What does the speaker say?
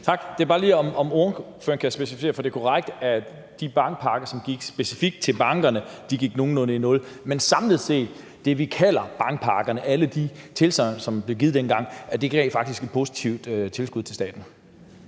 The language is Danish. Tak. Det er bare lige, om ordføreren kan specificere det. Det er korrekt, at de bankpakker, som gik specifikt til bankerne, gik nogenlunde i nul, men samlet set gav det, vi kalder bankpakkerne – alle de tilsagn, som blev givet dengang – faktisk et positivt tilskud til staten.